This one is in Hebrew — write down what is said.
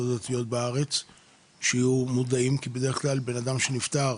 הדתיות בארץ שיהיו מודעים כי בדרך כלל בן אדם שנפטר,